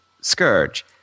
Scourge